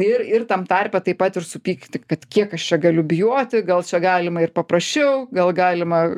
ir ir tam tarpe taip pat ir supykti kad kiek aš čia galiu bijoti gal čia galima ir paprasčiau gal galima